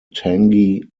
tangy